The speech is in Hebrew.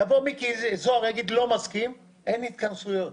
ויבוא מיקי זוהר ויגיד: לא מסכים אין התכנסויות.